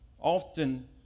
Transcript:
often